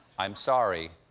i'm sorry.